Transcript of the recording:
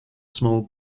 small